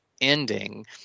ending